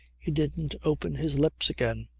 he didn't open his lips again.